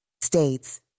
States